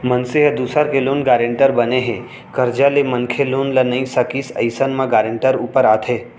मनसे ह दूसर के लोन गारेंटर बने हे, करजा ले मनखे लोन ल नइ सकिस अइसन म गारेंटर ऊपर आथे